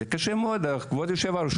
זה קשה מאד כבוד היו"ר.